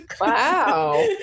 Wow